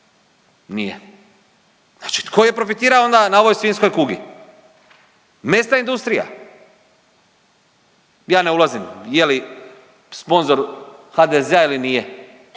Nije. Znači tko je profitirao onda na ovoj svinjskoj kugi? Mesna industrija. Ja ne ulazim je li sponzor HDZ-a ili nije,